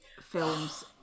films